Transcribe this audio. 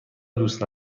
دوست